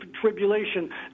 tribulation